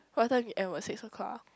what time you end about six o-clock ah